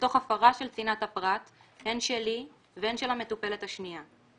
ותוך הפרה של צנעת הפרט הן שלי והן של המטופלת השנייה.